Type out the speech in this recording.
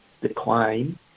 decline